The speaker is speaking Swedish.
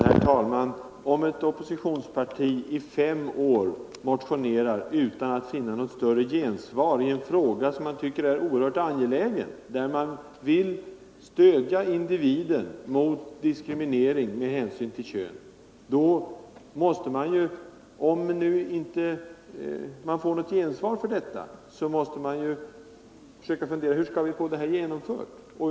Herr talman! Om ett oppositionsparti i fem år motionerar utan att få något större gensvar i en fråga som man tycker är oerhört angelägen — där man vill skydda individen mot diskriminering - måste man fundera ut hur man skall få sina krav tillgodosedda.